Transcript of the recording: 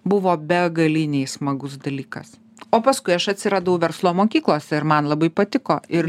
buvo begaliniai smagus dalykas o paskui aš atsiradau verslo mokyklose ir man labai patiko ir